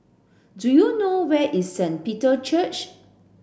do you know where is Saint Peter Church